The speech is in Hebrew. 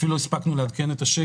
ואפילו לא הספקנו לעדכן את השקף.